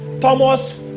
Thomas